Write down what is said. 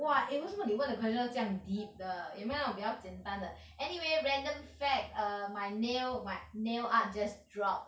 !wah! eh 为什么你问的 question 这样 deep 有没有比较简单的 anyway random fact err my nail my nail art just dropped